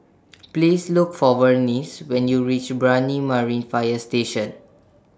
Please Look For Vernice when YOU REACH Brani Marine Fire Station